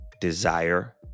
desire